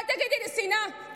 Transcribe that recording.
השנאה שלך,